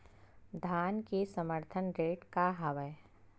धान के समर्थन रेट का हवाय?